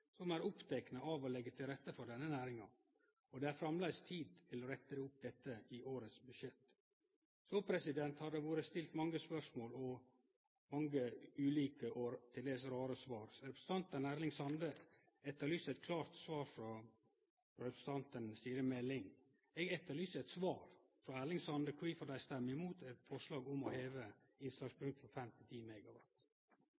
som er opptekne av å leggje til rette for denne næringa, og det er framleis tid til å rette opp dette i årets budsjett. Det har vore stilt mange spørsmål, og det har komme mange ulike og til dels rare svar. Representanten Erling Sande etterlyser eit klart svar frå representanten Siri Meling. Eg etterlyser eit svar frå Erling Sande på kvifor dei stemmer imot eit forslag om å heve